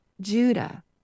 Judah